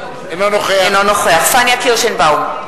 אינו נוכח פניה קירשנבאום,